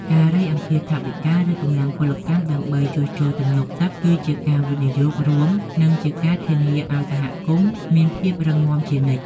ការរៃអង្គាសថវិកា ឬកម្លាំងពលកម្មដើម្បីជួសជុលទំនប់ទឹកគឺជាការវិនិយោគរួម និងជាការធានាឱ្យសហគមន៍មានភាពរឹងមាំជានិច្ច។